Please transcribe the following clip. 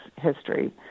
history